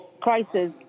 crisis